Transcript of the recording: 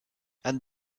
and